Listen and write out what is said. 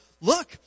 Look